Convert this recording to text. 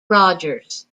rogers